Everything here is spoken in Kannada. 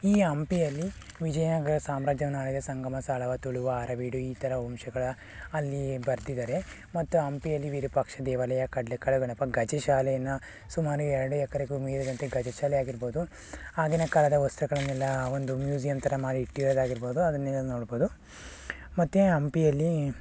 ಈ ಹಂಪಿಯಲ್ಲಿ ವಿಜಯನಗರ ಸಾಮ್ರಾಜ್ಯವನ್ನು ಆಳಿದ ಸಂಗಮ ಸಾಳುವ ತುಳುವ ಅರವೀಡು ಈ ಥರ ವಂಶಗಳ ಅಲ್ಲಿ ಬರೆದಿದ್ದಾರೆ ಮತ್ತು ಹಂಪಿಯಲ್ಲಿ ವಿರೂಪಾಕ್ಷ ದೇವಾಲಯ ಕಡಲೇಕಾಳು ಗಣಪ ಗಜ ಶಾಲೆಯನ್ನು ಸುಮಾರು ಎರಡು ಎಕರೆಗೂ ಮೀರಿದಂತೆ ಗಜ ಶಾಲೆ ಆಗಿರ್ಬೋದು ಆಗಿನ ಕಾಲದ ವಸ್ತುಗಳನ್ನೆಲ್ಲ ಒಂದು ಮ್ಯೂಝಿಯಮ್ ಥರ ಮಾಡಿ ಇಟ್ಟಿರೋದಾಗಿರ್ಬೋದು ಅದನ್ನೆಲ್ಲ ನೋಡ್ಬೋದು ಮತ್ತೆ ಅಂಪಿಯಲ್ಲಿ